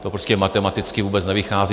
To prostě matematicky vůbec nevychází.